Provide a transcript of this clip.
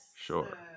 Sure